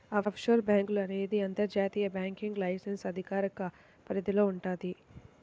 offshore బ్యేంకులు అనేది అంతర్జాతీయ బ్యాంకింగ్ లైసెన్స్ అధికార పరిధిలో వుంటది